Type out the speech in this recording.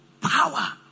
power